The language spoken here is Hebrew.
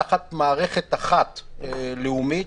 תחת מערכת לאומית אחת,